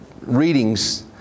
readings